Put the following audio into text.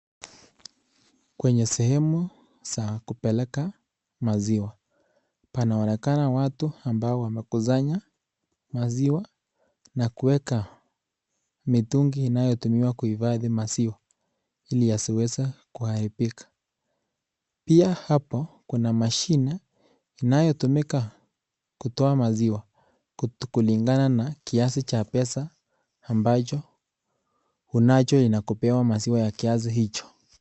Kwenye sehemu za kupeleka maziwa, panaonekana watu wamekusanya maziwa na kuweka mitungi inayotumiwa kuhifadhi maziwa ili asiweze kuharibika, pia hapa kuna mashini inayotumika kutoa maziwa kulingana na kiasi cha pesa ambacho unacho inakupea maziwa ya kiasi hicho.